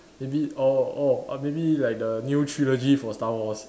maybe all all maybe like the new trilogy for star wars